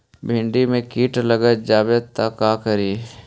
भिन्डी मे किट लग जाबे त का करि?